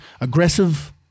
aggressive